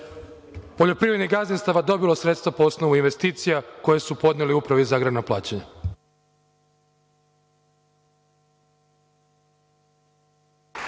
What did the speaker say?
poljoprivrednih gazdinstava dobilo sredstva po osnovu investicija koje su podneli Upravi za agrarna plaćanja.(Boško